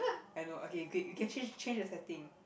I know okay great you can change change the setting